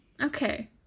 Okay